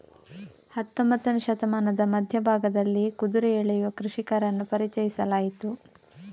ಹತ್ತೊಂಬತ್ತನೇ ಶತಮಾನದ ಮಧ್ಯ ಭಾಗದಲ್ಲಿ ಕುದುರೆ ಎಳೆಯುವ ಕೃಷಿಕರನ್ನು ಪರಿಚಯಿಸಲಾಯಿತು